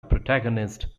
protagonist